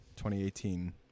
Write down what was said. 2018